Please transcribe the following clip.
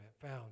found